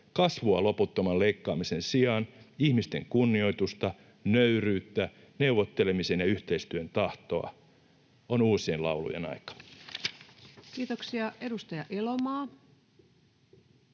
kasvua loputtoman leikkaamisen sijaan, ihmisten kunnioitusta, nöyryyttä, neuvottelemisen ja yhteistyön tahtoa. On uusien laulujen aika. [Speech 131]